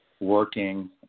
working